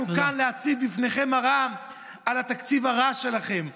אנחנו כאן להציב בפניכם מראה על התקציב הרע שלכם,